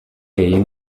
egin